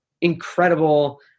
incredible